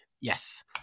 Yes